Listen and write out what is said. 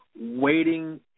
waiting